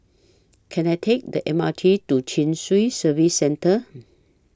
Can I Take The M R T to Chin Swee Service Centre